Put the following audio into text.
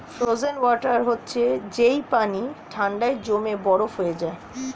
frozen water হচ্ছে যেই পানি ঠান্ডায় জমে বরফ হয়ে যায়